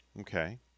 Okay